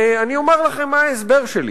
אני אומר לכם מה ההסבר שלי.